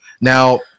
Now